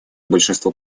большинство